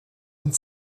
und